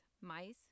mice